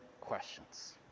questions